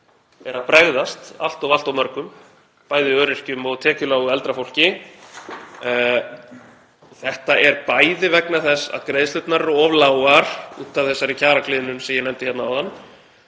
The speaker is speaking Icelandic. er að bregðast allt of mörgum, bæði öryrkjum og tekjulágu eldra fólki. Þetta er bæði vegna þess að greiðslurnar eru of lágar út af þessari kjaragliðnun sem ég nefndi áðan